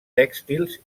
tèxtils